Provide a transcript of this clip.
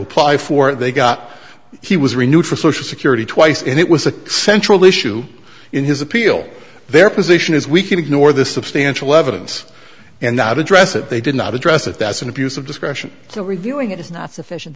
apply for it they got he was renewed for social security twice and it was a central issue in his appeal their position is we can ignore the substantial evidence and not address it they did not address it that's an abuse of discretion so reviewing it is not sufficient